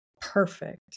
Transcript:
perfect